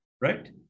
right